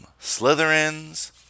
Slytherins